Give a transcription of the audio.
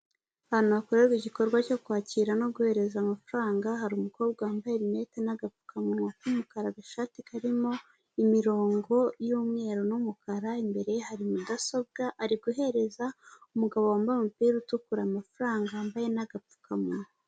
Ahantu hakorerwa igikorwa cyo kwakira no guhereza amafaranga, hari umukobwa wambaye rinete n'agapfukamunwa k'umukara, agashati karimo imirongo y'umweru n'umukara, imbere ye hari mudasobwa, ari guhereza umugabo wambaye umupira utukura amafaranga wambaye n'agapfukamunwa.